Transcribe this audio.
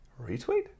retweet